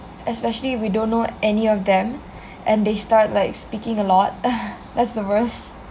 especially we don't know any of them and they start like speaking a lot that's the worse